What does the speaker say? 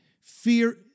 fear